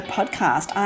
Podcast